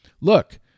Look